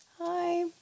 hi